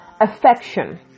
Affection